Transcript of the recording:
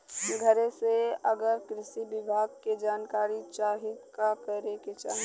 घरे से अगर कृषि विभाग के जानकारी चाहीत का करे के चाही?